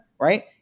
right